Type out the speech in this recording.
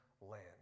land